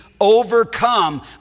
overcome